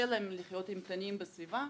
לחיות עם תנים בסביבה,